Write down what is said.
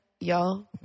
y'all